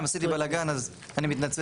אם עשיתי בלגן אז אני מתנצל.